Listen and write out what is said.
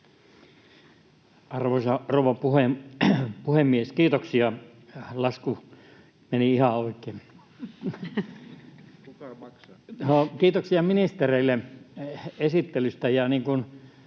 Arvoisa rouva puhemies! Kiitoksia, lasku meni ihan oikein. — Kiitoksia ministereille esittelystä.